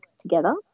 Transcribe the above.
together